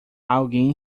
alguém